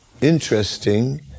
interesting